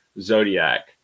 Zodiac